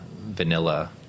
vanilla